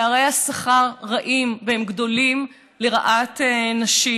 פערי השכר רעים והם גדולים, לרעת נשים.